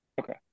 Okay